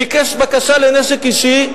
ביקש בקשה לנשק אישי.